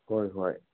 ꯍꯣꯏ ꯍꯣꯏ